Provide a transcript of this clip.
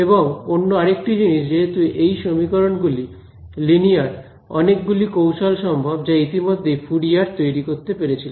এবং অন্য আরেকটা জিনিস যেহেতু এই সমীকরণ গুলি লিনিয়ার অনেকগুলি কৌশল সম্ভব যা ইতিমধ্যেই ফুরিয়ার তৈরি করতে পেরেছিলেন